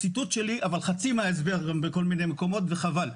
אותי, אבל גם חצי ממנו בכל מיני מקומות, וחבל.